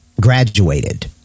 graduated